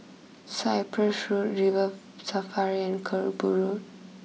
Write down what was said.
Cyprus Road River Safari and Kerbau Road